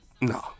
No